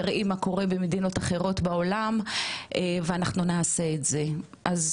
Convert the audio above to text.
תראי מה קורה במדינות אחרות בעולם ואנחנו נעשה את זה" אז